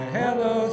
hello